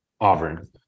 Auburn